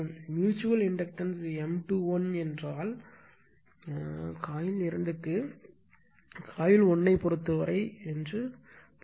mutual inductance M 2 1 என்றால் என்பது coil 2 coil 1 ஐப் பொறுத்தவரை என்று பொருள்